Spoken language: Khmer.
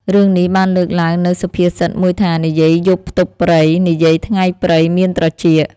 រឿងនេះបានលើកឡើងនូវសុភាសិតមួយថា "និយាយយប់ផ្ទប់ព្រៃ និយាយថ្ងៃព្រៃមានត្រចៀក"។